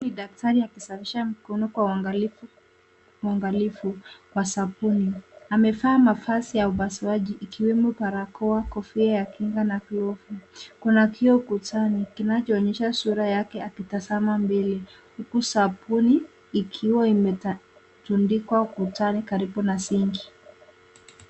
Daktari akisafisha mkono kwa uangalifu kwa sabuni. Amevaa mavazi ya upasuaji ikiwemo barakoa, kofia ya kinga na viofi kuna kioo ukutani kinacho onyesha sura yake akitazama mbele huku sabuni ikiwa umetundikwa ukutani karibu na sinki.